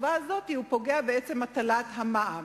בשכבה הזאת, הוא פוגע בעצם הטלת המע"מ.